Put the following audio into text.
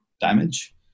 damage